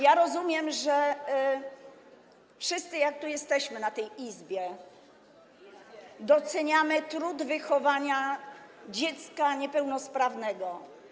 Ja rozumiem, że wszyscy jak tu jesteśmy w tej Izbie doceniamy trud wychowania dziecka niepełnosprawnego.